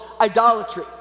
idolatry